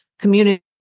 community